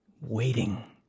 waiting